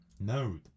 No